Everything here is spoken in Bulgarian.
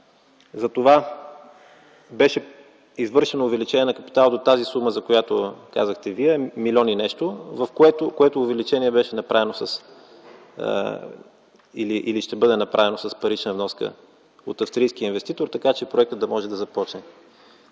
Затова беше извършено увеличение на капитала до тази сума, която казахте Вие – милион и нещо, което увеличение беше направено или ще бъде направено с парична вноска от австрийския инвеститор, така че проектът да може да започне.